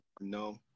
No